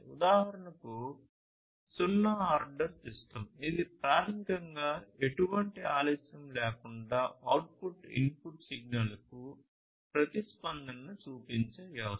ఉదాహరణకు సున్నా order system ఇది ప్రాథమికంగా ఎటువంటి ఆలస్యం లేకుండా అవుట్పుట్ ఇన్పుట్ సిగ్నల్కు ప్రతిస్పందనను చూపించే వ్యవస్థ